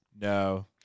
No